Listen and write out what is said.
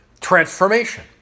transformation